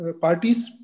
parties